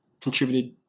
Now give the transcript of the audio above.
contributed